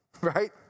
right